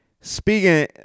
Speaking